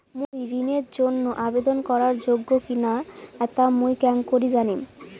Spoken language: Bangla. মুই ঋণের জন্য আবেদন করার যোগ্য কিনা তা মুই কেঙকরি জানিম?